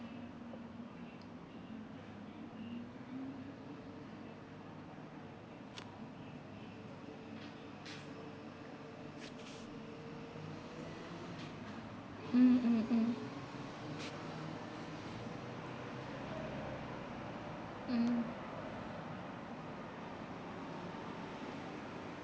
mm mm mm mm